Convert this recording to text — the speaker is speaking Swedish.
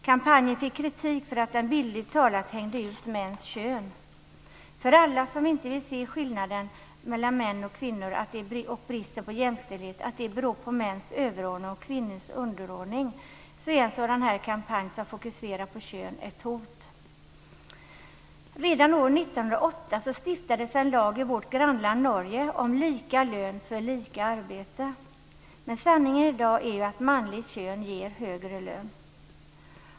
Kampanjen fick kritik för att den bildligt talat hängde ut mäns kön. För alla som inte vill se att skillnaden mellan män och kvinnor och bristen på jämställdhet beror på mäns överordning och kvinnors underordning är en sådan här kampanj, som fokuserar på kön, ett hot. Redan år 1908 stiftades i vårt grannland Norge en lag om lika lön för lika arbete. Men sanningen i dag är ju att manligt kön ger högre lön.